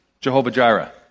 Jehovah-Jireh